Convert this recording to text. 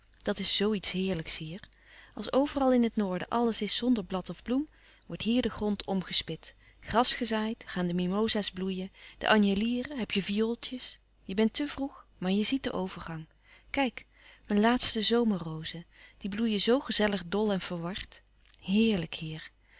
dat is zoo iets heerlijks hier als overal in het noorden alles is zonder blad of bloem wordt hier de grond omgespit gras gezaaid gaan de mimosa's bloeien de anjelieren heb je viooltjes je bent te vroeg maar je ziet den overgang kijk mijn laatste zomerrozen die bloeien zoo gezellig dol en verward heerlijk hier